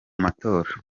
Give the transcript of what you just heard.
matora